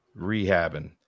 rehabbing